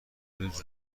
روز